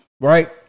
right